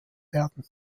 werden